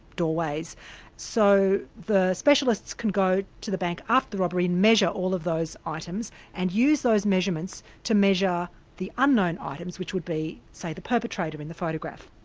doorways so the specialists can go to the bank after the robbery, measure all of those items and use those measurements to measure the unknown items, which would be say the perpetrator in the photograph.